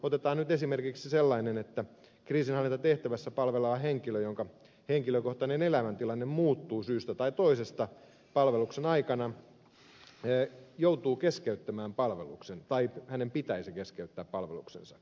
otetaan nyt esimerkiksi sellainen tilanne että kriisinhallintatehtävässä palveleva henkilö jonka henkilökohtainen elämäntilanne muuttuu syystä tai toisesta palveluksen aikana joutuu keskeyttämään palveluksen tai hänen pitäisi keskeyttää palveluksensa